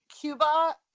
Cuba